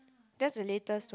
that's the latest one